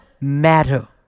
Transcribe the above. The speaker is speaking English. matter